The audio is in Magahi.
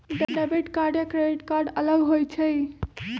डेबिट कार्ड या क्रेडिट कार्ड अलग होईछ ई?